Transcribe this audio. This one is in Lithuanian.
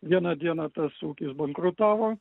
vieną dieną tas ūkis bankrutavo